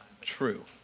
true